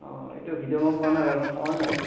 অ এইটো ভিডিঅ' মই পোৱা নাই বাৰু মই চোৱাই নাই